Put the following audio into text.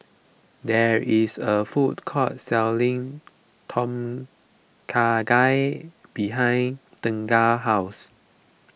there is a food court selling Tom Kha Gai behind Tegan's house